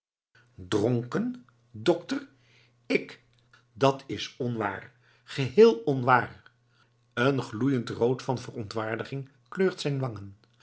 dronken dokter ik dat's onwaar geheel onwaar een gloeiend rood van verontwaardiging kleurt zijn wangen